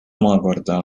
omakorda